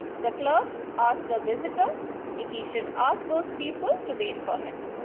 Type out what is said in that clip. the clerk asked the visitor if he should ask those people to wait for him.